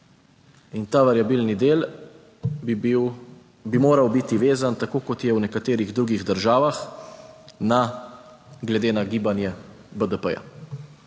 in ta variabilni del bi bil, bi moral biti vezan, tako kot je v nekaterih drugih državah, na, glede na gibanje BDP.